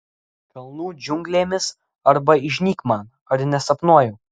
kalnų džiunglėmis arba įžnybk man ar nesapnuoju